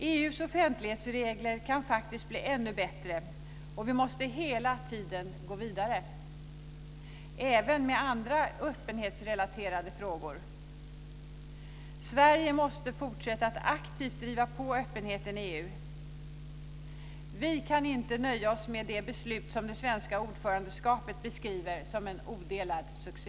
EU:s offentlighetsregler kan faktiskt bli ännu bättre, och vi måste hela tiden gå vidare, även med andra öppenhetsrelaterade frågor. Sverige måste fortsätta att aktivt driva på öppenheten i EU. Vi kan inte nöja oss med det beslut som Sverige under sitt ordförandeskap beskriver som en odelad succé.